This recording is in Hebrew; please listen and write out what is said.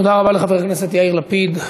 תודה רבה לחבר הכנסת יאיר לפיד.